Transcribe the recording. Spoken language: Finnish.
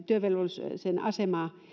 työvelvollisen asemaa